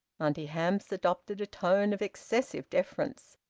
auntie hamps adopted a tone of excessive deference,